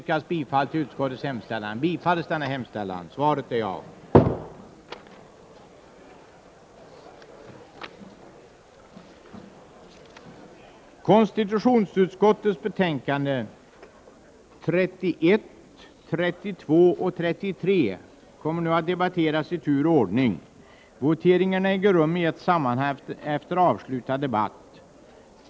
Konstitutionsutskottets betänkanden 31, 32 och 33 kommer att debatteras i tur och ordning. Voteringarna äger rum i ett sammanhang efter avslutad debatt.